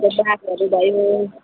अब बाघहरू भयो